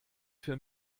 für